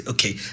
Okay